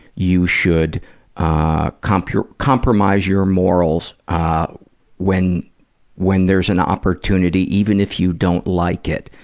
you should ah compromise compromise your morals ah when when there's an opportunity, even if you don't like it,